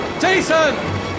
Jason